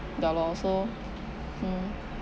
ya lor so